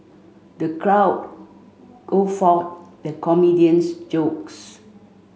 the crowd guffawed at comedian's jokes